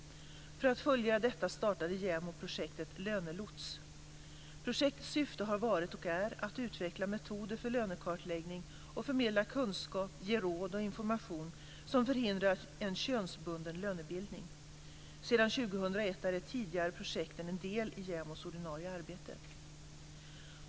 För att fullgöra detta startade JämO projektet Lönelots. Projektets syfte har varit och är att utveckla metoder för lönekartläggning, att förmedla kunskap och att ge råd och information som förhindrar en könsbunden lönebildning. Sedan 2001 är det tidigare projektet en del i JämO:s ordinarie arbete.